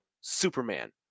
Superman